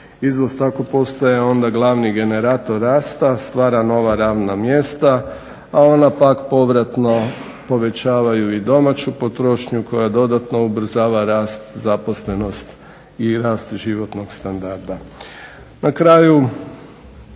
izvoz tako postaje onda glavni generator rasta, stvara nova radna mjesta, a ona pak povratno povećavaju doma ću potrošnju koja dodatno ubrzava rast zaposlenost i rast životnog standarda. Na kraju,